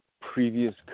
previous